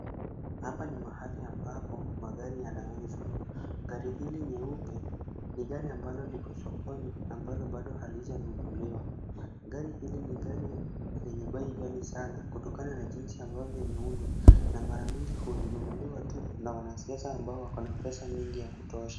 Hapa ni mahali ambapo magari yanauzwa, gari hili nyeupe ni gari ambalo liko sokoni ambalo bado halijanunuliwa. Gari hili ni gari lenye bei ghali sana kutokana na jinsi ambavyo imeiundwa na mara nyingi hununuliwa tu na wanasiasa ambao wako na pesa mingi ya kutosha.